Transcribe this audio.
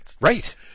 Right